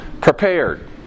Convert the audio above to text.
Prepared